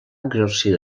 exercir